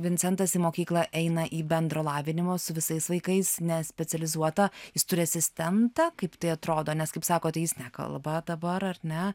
vincentas į mokyklą eina į bendro lavinimo su visais vaikais ne specializuotą jis turi asistentą kaip tai atrodo nes kaip sakot jis nekalba dabar ar ne